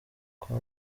kwa